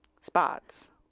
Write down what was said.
spots